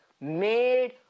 made